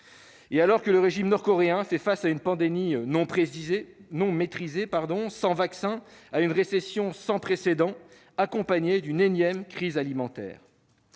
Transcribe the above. et que le régime nord-coréen fait face sans vaccin à une pandémie non maîtrisée, mais aussi à une récession sans précédent accompagnée d'une énième crise alimentaire.